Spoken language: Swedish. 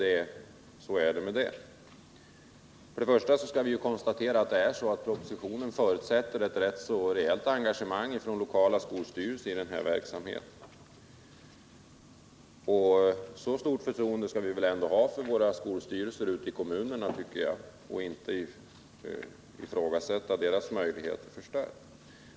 Först och främst kan vi konstatera att propositionen förutsätter ett ganska rejält engagemang från de lokala skolstyrelserna i den här verksamheten. Och jag tycker ändå att vi bör ha det förtroendet för våra skolstyrelser ute i kommunerna att vi inte ifrågasätter deras möjligheter att genomföra reformen.